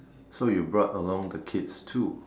so you brought along the kids too